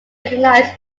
recognise